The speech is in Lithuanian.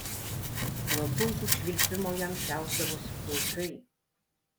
nuo kulkų švilpimo jam šiaušdavosi plaukai